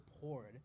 poured